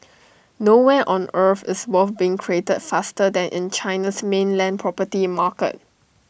nowhere on earth is wealth being created faster than in China's mainland property market